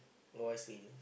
oh I see